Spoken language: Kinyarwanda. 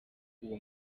uwo